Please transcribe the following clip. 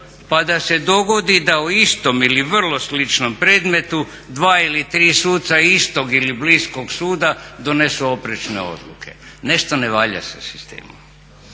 pa da se dogodi da o istom ili vrlo sličnom predmetu dva ili tri suca istog ili bliskog suda donesu oprečne odluke. Nešto ne valja sa sistemom.